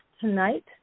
tonight